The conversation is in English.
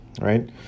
Right